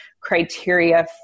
criteria